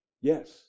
Yes